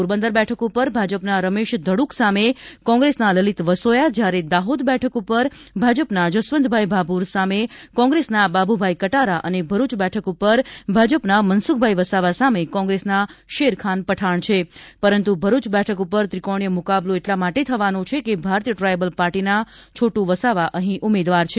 પોરબંદર બેઠક પર ભાજપના રમેશ ધડુક સામે કોંગ્રેસના લલીત વસોયા જ્યારે દાહોદ બેઠક ઉપર ભાજપના જસવંતભાઇ ભાભોર સામે કોંગ્રેસના બાબુભાઇ કટારા અને ભરૂચ બેઠક ઉપર ભાજપના મનસુખભાઇ વસાવા સામે કોંગ્રેસના શેરખાન પઠાણ છે પરંતુ ભરૂચ બેઠક ઉપર ત્રિકોણીય મુકાબલો એટલા માટે થવાનો છે કે ભારતીય ટ્રાઇબલ પાર્ટીના છોટુ વસાવા અહીં ઉમેદવાર છે